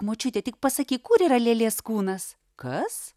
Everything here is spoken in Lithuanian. močiute tik pasakyk kur yra lėlės kūnas kas